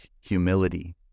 humility